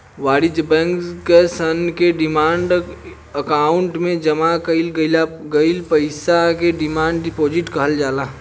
वाणिज्य बैंक सन के डिमांड अकाउंट में जामा कईल गईल पईसा के डिमांड डिपॉजिट कहल जाला